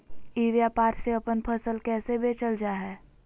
ई व्यापार से अपन फसल कैसे बेचल जा हाय?